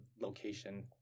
location